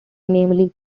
namely